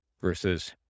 versus